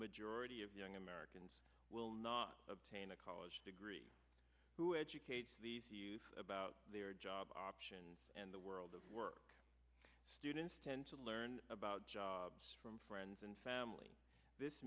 majority of young americans will not obtain a college degree who educates about their job options and the world of work students tend to learn about jobs from friends and family this